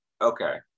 Okay